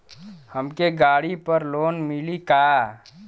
हमके गाड़ी पर लोन मिली का?